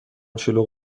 شلوغ